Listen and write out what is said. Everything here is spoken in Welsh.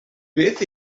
beth